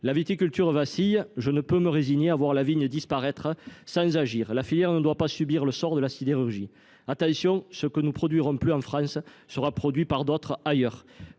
La viticulture vacille. Je ne peux me résigner à voir la vigne disparaître sans agir. La filière ne doit pas subir le sort de la sidérurgie. Attention, ce que nous ne produirons plus en France sera produit par d’autres, ailleurs